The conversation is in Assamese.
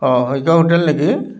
অঁ শইকীয়া হোটেল নেকি